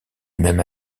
même